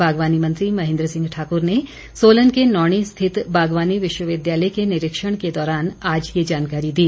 बागवानी मंत्री महेन्द्र सिंह ठाकुर ने सोलन के नौणी स्थित बागवानी विश्वविद्यालय के निरीक्षण के दौरान आज ये जानकारी दी